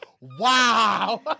Wow